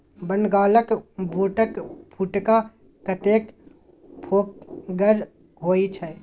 बंगालक बूटक फुटहा कतेक फोकगर होए छै